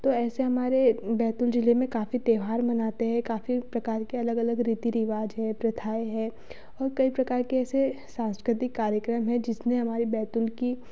तो ऐसे हमारे बैतूल जिले में काफ़ी त्योहार मनाते है काफ़ी प्रकार के अलग अलग रीति रिवाज़ है प्रथाएँ हैं और कई प्रकार के ऐसे सांस्कृतिक कार्यक्रम हैं जिसने हमारी बैतूल की